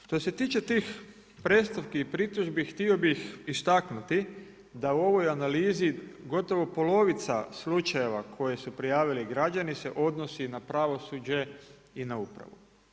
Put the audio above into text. Što se tiče tih predstavki i pritužbi htio bih istaknuti da u ovoj analizi gotovo polovica slučajeva koje su prijavili građani se odnosi na pravosuđe i na upravu.